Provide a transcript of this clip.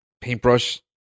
paintbrush